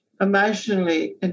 emotionally